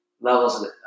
levels